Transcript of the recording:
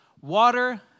Water